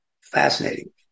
fascinating